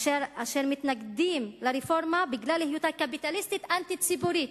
אשר מתנגדים לה בגלל היותה קפיטליסטית אנטי-ציבורית,